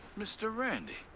mr. randy.